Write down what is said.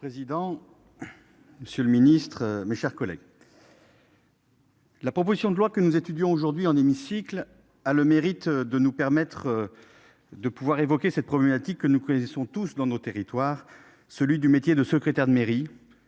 Monsieur le président. Monsieur le Ministre, mes chers collègues. La proposition de loi que nous étudions aujourd'hui en hémicycle a le mérite de nous permettre. De pouvoir évoquer cette problématique que nous connaissons tous dans nos territoires, celui du métier de secrétaire de mairie